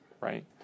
right